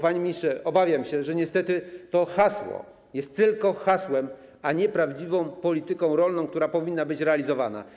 Panie ministrze, obawiam się, że niestety to hasło jest tylko hasłem, a nie prawdziwą polityką rolną, która powinna być realizowana.